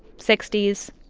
sixty s.